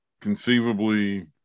conceivably